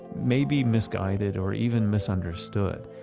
maybe misguided or even miss understood.